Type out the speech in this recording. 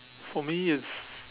for me it's